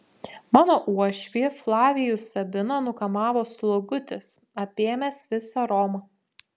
mano uošvį flavijų sabiną nukamavo slogutis apėmęs visą romą